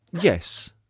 Yes